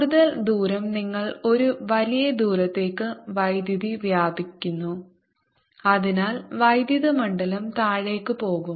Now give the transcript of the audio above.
കൂടുതൽ ദൂരം നിങ്ങൾ ഒരു വലിയ ദൂരത്തേക്ക് വൈദ്യുതി വ്യാപിക്കുന്നു അതിനാൽ വൈദ്യുത മണ്ഡലം താഴേക്ക് പോകും